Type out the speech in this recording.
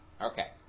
Okay